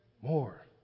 more